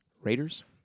Raiders